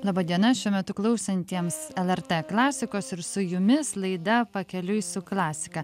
laba diena šiuo metu klausantiems lrt klasikos ir su jumis laida pakeliui su klasika